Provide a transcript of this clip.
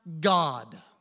God